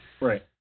Right